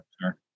Sure